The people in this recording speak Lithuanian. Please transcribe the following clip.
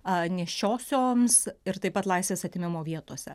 nėščiosioms ir taip pat laisvės atėmimo vietose